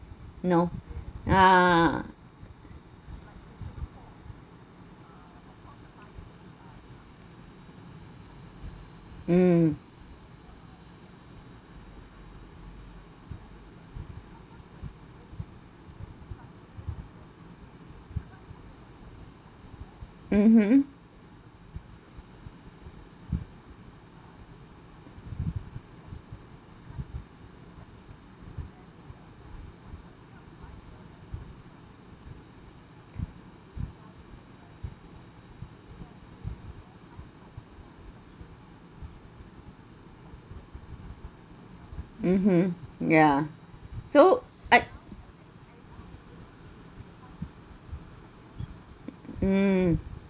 you know uh mm mmhmm mmhmm ya so I mm